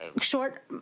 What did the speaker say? short